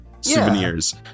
souvenirs